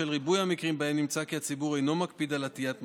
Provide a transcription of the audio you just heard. בשל ריבוי המקרים שבהם נמצא כי הציבור אינו מקפיד על עטיית מסכה,